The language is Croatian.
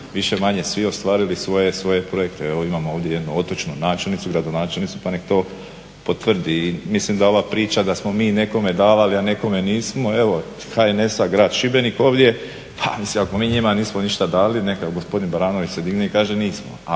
više-manje svi ostvarili svoje projekte. Evo imamo ovdje jednu otočnu načelnicu, gradonačelnicu pa nek to potvrdi. I mislim da ova priča da smo mi nekome davali, a nekome nismo evo HNS-a, Grad Šibenik ovdje, mislim ako mi njima nismo ništa dali neka gospodin Baranović se digne i kaže nismo.